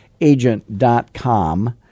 Agent.com